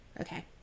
Okay